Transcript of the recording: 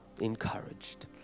encouraged